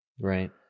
Right